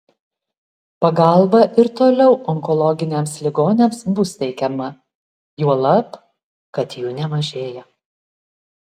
pagalba ir toliau onkologiniams ligoniams bus teikiama juolab kad jų nemažėja